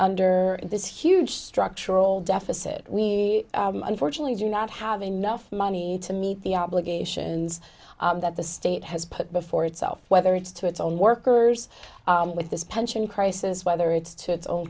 under this huge structural deficit we unfortunately do not have enough money to meet the obligations that the state has put before itself whether it's to its own workers with this pension crisis whether it's to its own